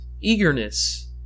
eagerness